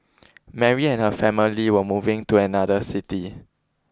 Mary and her family were moving to another city